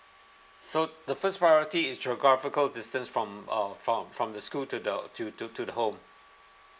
so the first priority is geographical distance from uh from from the school to the to to to the home